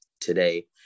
today